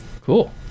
cool